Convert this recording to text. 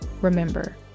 Remember